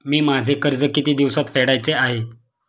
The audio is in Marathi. मी माझे कर्ज किती दिवसांत फेडायचे आहे?